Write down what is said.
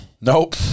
Nope